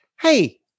hey